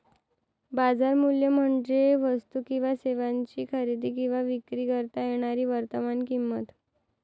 बाजार मूल्य म्हणजे वस्तू किंवा सेवांची खरेदी किंवा विक्री करता येणारी वर्तमान किंमत